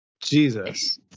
Jesus